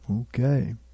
Okay